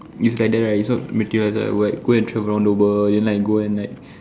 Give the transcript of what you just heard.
it's like that right so materialised I will like go and travel around the world and like go and like